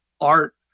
art